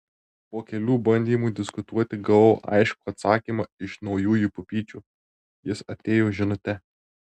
po kelių bandymų diskutuoti gavau aiškų atsakymą iš naujųjų pupyčių jis atėjo žinute